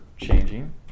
changing